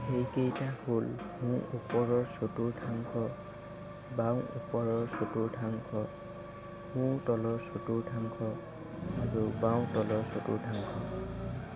সেইকেইটা হ'ল সোঁ ওপৰৰ চতুৰ্থাংশ বাওঁ ওপৰৰ চতুৰ্থাংশ সোঁ তলৰ চতুৰ্থাংশ আৰু বাওঁ তলৰ চতুৰ্থাংশ